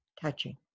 touching